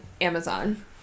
Amazon